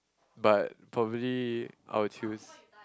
but probably I'll choose